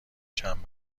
چند